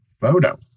Photo